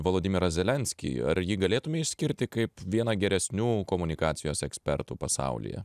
voladimirą zelenskį ar jį galėtume išskirti kaip vieną geresnių komunikacijos ekspertų pasaulyje